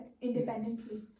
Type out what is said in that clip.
independently